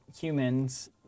humans